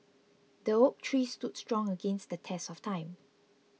the oak tree stood strong against the test of time